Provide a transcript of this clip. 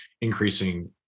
increasing